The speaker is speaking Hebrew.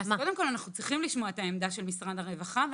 אנחנו צריכים לשמוע את העמדה של משרד הרווחה.